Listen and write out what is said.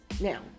Now